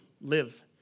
live